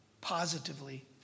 positively